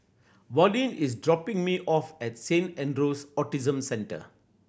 Verlene is dropping me off at Saint Andrew's Autism Centre